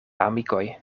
amikoj